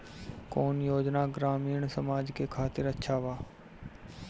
कौन योजना ग्रामीण समाज के खातिर अच्छा बा?